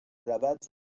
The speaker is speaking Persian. روَد